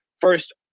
first